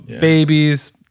babies